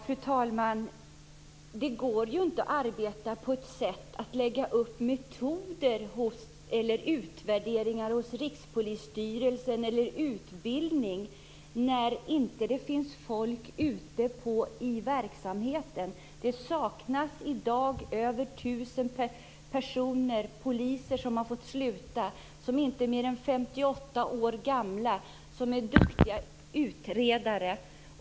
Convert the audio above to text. Fru talman! Det går inte att arbeta på det sättet att man lägger upp metoder, utbildning eller utvärderingar hos Rikspolisstyrelsen när det inte finns folk ute i verksamheten. Det saknas i dag över 1 000 personer. Det är poliser som har fått sluta, som inte är mer än 58 år gamla och som är duktiga utredare.